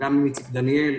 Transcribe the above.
וגם עם איציק דניאל,